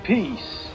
Peace